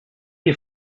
you